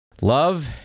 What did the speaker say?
Love